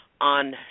on